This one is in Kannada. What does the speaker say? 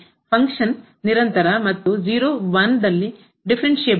ಫಂಕ್ಷನ್ ಕಾರ್ಯವು ನಿರಂತರ ಮತ್ತು 0 1 ದಲ್ಲಿ ಡಿಫರೆನ್ಸ್ಸೇಬಲ್ ಮತ್ತು